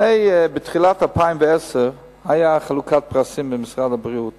בתחילת 2010 היתה במשרד הבריאות